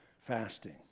fasting